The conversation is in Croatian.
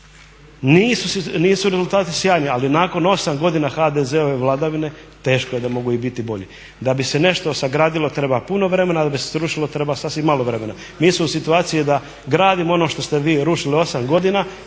nisu rezultati sjajni, ali nakon 8 godina HDZ-ove vladavine teško je da mogu i biti bolji. Da bi se nešto sagradilo treba puno vremena, a da bi se srušilo treba sasvim malo vremena. Mi smo u situaciji da gradimo ono što ste vi rušili 8 godina